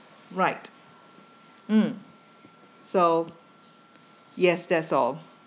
right mm so yes that's all